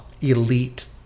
elite